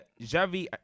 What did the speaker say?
Javi